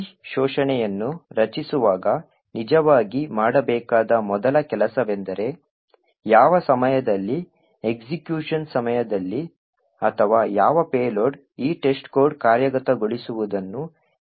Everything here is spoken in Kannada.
ಈ ಶೋಷಣೆಯನ್ನು ರಚಿಸುವಾಗ ನಿಜವಾಗಿ ಮಾಡಬೇಕಾದ ಮೊದಲ ಕೆಲಸವೆಂದರೆ ಯಾವ ಸಮಯದಲ್ಲಿ ಎಸ್ಎಕ್ಯುಷನ್ ಸಮಯದಲ್ಲಿ ಅಥವಾ ಯಾವ ಪೇಲೋಡ್ ಈ testcode ಕಾರ್ಯಗತಗೊಳಿಸುವುದನ್ನು ನಿಲ್ಲಿಸುತ್ತದೆ